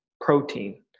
protein